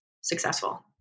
successful